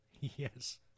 Yes